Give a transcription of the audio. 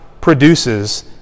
produces